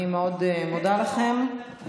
אני מאוד מודה לכם.